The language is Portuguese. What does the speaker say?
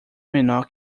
menor